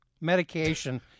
medication